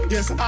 Yes